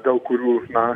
dėl kurių na